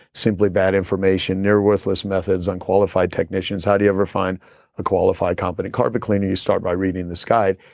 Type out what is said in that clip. simply bad information, near worthless methods unqualified technicians, how do you ever find a qualified company carpet cleaner? you start by reading this guide.